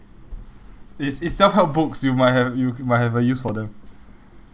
it's it's self help books you might have you might have a use for them